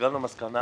והגענו למסקנה